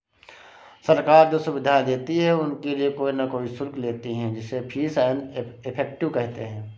सरकार जो सुविधाएं देती है उनके लिए कोई न कोई शुल्क लेती है जिसे फीस एंड इफेक्टिव कहते हैं